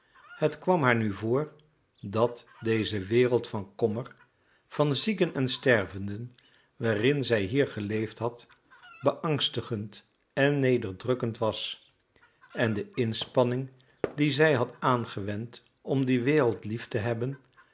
het kwam haar nu voor dat deze wereld van kommer van zieken en stervenden waarin zij hier geleefd had beangstigend en nederdrukkend was en de inspanning die zij had aangewend om die wereld lief te hebben